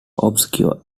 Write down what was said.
obscure